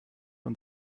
und